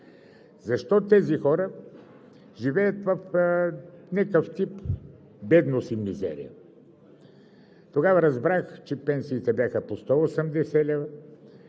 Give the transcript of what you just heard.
защо тези хора живеят в някакъв тип бедност и мизерия? Тогава разбрах, че пенсиите бяха по 180 лв.